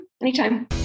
Anytime